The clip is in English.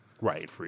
Right